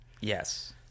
yes